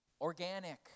organic